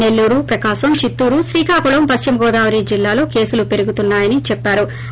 నెల్లూరు ప్రకాశం చిత్తూరు శ్రీకాకుళం పశ్చిమ గోదావరి జిల్లాలో కేసులు పెరుగుతున్నయని చెప్పారు